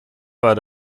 war